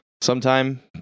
sometime